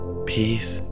Peace